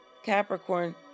Capricorn